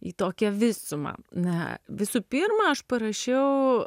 į tokią visumą na visų pirma aš parašiau